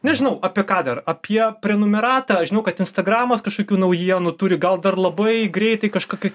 nežinau apie ką dar apie prenumeratą žinau kad instagramas kažkokių naujienų turi gal dar labai greitai kažkokį